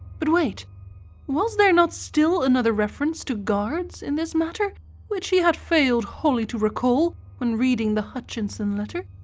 but wait was there not still another reference to guards in this matter which he had failed wholly to recall when reading the hutchinson letter?